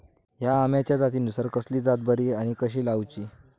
हया आम्याच्या जातीनिसून कसली जात बरी आनी कशी लाऊची?